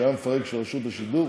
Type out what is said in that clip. שהיה המפרק של רשות השידור.